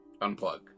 unplug